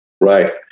right